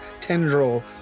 tendril